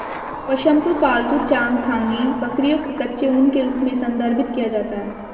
पश्म को पालतू चांगथांगी बकरियों के कच्चे ऊन के रूप में संदर्भित किया जाता है